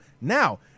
Now